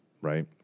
right